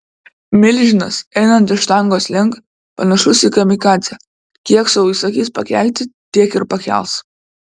milžinas einantis štangos link panašus į kamikadzę kiek sau įsakys pakelti tiek ir pakels